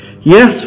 Yes